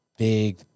Big